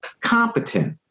competent